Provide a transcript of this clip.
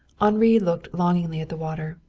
henri looked longingly at the water.